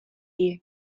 die